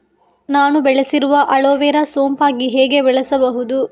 ನಾನು ಬೆಳೆಸಿರುವ ಅಲೋವೆರಾ ಸೋಂಪಾಗಿ ಹೇಗೆ ಬೆಳೆಸಬಹುದು?